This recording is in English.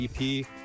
ep